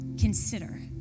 consider